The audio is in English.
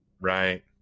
Right